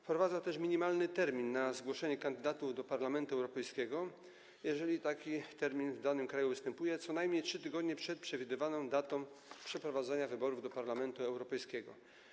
Wprowadza też minimalny termin na zgłoszenie kandydatów do Parlamentu Europejskiego, jeżeli taki termin w danym kraju jest przyjęty - co najmniej 3 tygodnie przed przewidywaną datą przeprowadzenia wyborów do Parlamentu Europejskiego.